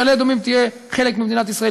מעלה-אדומים תהיה חלק ממדינת ישראל,